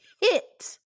hit